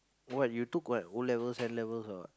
what you took what O-levels N-levels or what